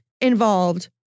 involved